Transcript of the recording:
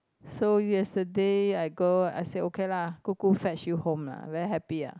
so yesterday I go I say okay lah 姑姑 fetch you home lah very happy ah